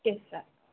okay sir